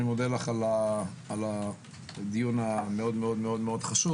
אני מודה לך על הדיון המאוד מאוד מאוד חשוב.